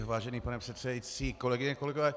Vážený pane předsedající, kolegyně, kolegové.